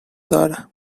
دارم